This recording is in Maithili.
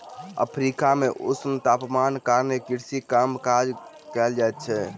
अफ्रीका मे ऊष्ण तापमानक कारणेँ कृषि काज कम कयल जाइत अछि